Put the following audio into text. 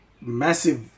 massive